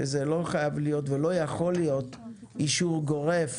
שזה לא יכול להיות אישור גורף